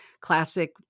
classic